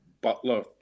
butler